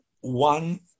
one